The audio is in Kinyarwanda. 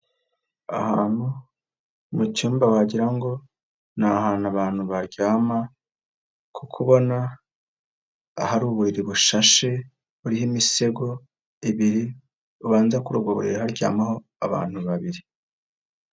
Ahantu mu cyumba wagira ngo ni ahantu abantu baryama kuko ubona hari uburiri bushashe buriho imisego ibiri, ubabanza kuri ubwo buriri haryamaho abantu babiri.